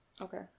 Okay